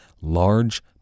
large